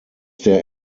der